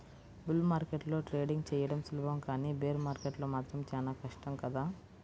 bull మార్కెట్లో trading చెయ్యడం సులభం కానీ బేర్ మార్కెట్లో మాత్రం చానా కష్టం కదా